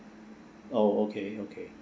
oh okay okay